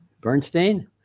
Bernstein